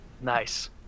Nice